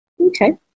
Okay